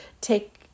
Take